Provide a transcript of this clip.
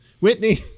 Whitney